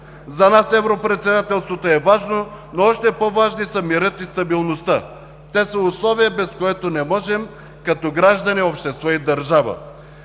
За нас европредседателството е важно, но още по-важни са мирът и стабилността, те са условие, без което не можем като граждани, общество и държава.